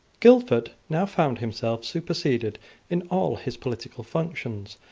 guildford now found himself superseded in all his political functions,